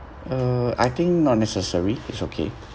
uh I think not necessary it's okay